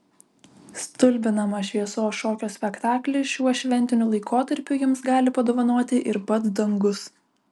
stulbinamą šviesos šokio spektaklį šiuo šventiniu laikotarpiu jums gali padovanoti ir pats dangus